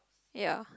ya